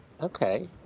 Okay